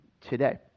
today